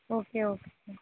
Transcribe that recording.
okay okay